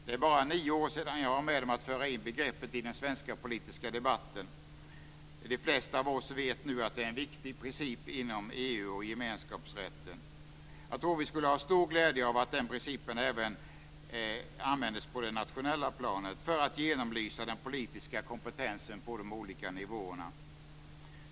Det är bara nio år sedan jag var med om att föra in begreppet i den svenska politiska debatten; de flesta av oss vet nu att det är en viktig princip inom EU och gemenskapsrätten. Jag tror att vi skulle ha stor glädje av den principen även på det nationella planet för att genomlysa den politiska kompetensen på de olika nivåerna.